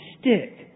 stick